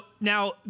now